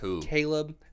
Caleb